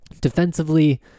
Defensively